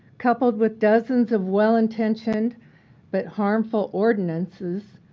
coupled with dozens of well-intentioned but harmful ordinances,